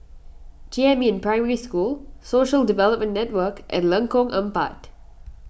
Jiemin Primary School Social Development Network and Lengkong Empat